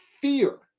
fear